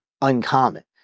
uncommon